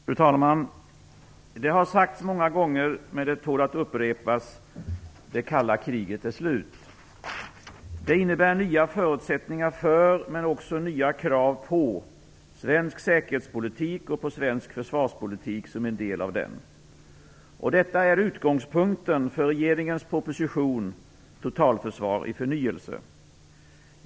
Fru talman! Det har sagts många gånger, men det tål att upprepas: Det kalla kriget är slut. Det innebär nya förutsättningar för men också nya krav på svensk säkerhetspolitik och svensk försvarspolitik som en del av den. Detta är utgångspunkten för regeringens proposition Totalförsvar i förnyelse.